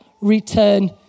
return